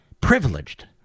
Privileged